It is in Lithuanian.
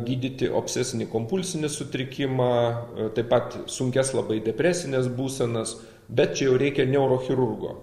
gydyti obsesinį kompulsinį sutrikimą taip pat sunkias labai depresines būsenas bet čia jau reikia neurochirurgo